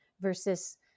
versus